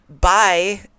bye